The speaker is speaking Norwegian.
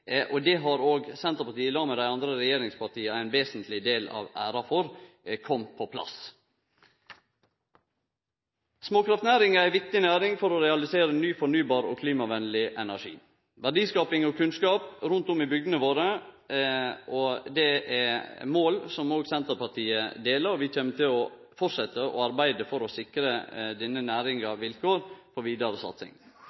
og ei overgangsordning. Det har òg Senterpartiet i lag med dei andre regjeringspartia ein vesentleg del av æra for at har kome på plass. Småkraftnæringa er ei viktig næring for å realisere ny fornybar og klimavenleg energi, verdiskaping og kunnskap rundt i bygdene våre. Det er mål som òg Senterpartiet delar, og vi kjem til å fortsetje å arbeide for å sikre denne